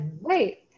wait